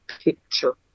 picture